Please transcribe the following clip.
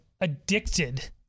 addicted